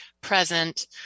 present